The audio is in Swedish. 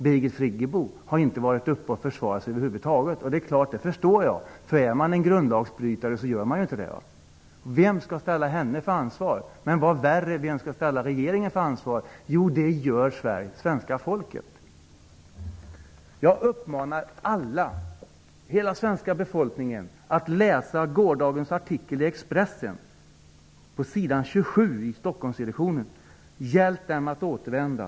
Birgit Friggebo har över huvud taget inte varit uppe i debatten och försvarat sig. Jag förstår det. Om man bryter mot grundlagen går man inte upp och försvarar sig. Vem skall ställa henne till svars? Och vem skall ställa regeringen till svars? Jo, det skall svenska folket göra. Jag uppmanar hela den svenska befolkningen att läsa en artikel på s. 27 i Expressen. Rubriken lyder: ''Hjälp dem att återvända!''.